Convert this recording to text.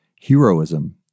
heroism